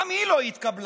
גם היא לא התקבלה.